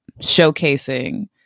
showcasing